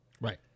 right